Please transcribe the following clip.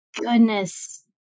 goodness